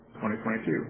2022